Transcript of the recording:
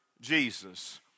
Jesus